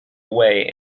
away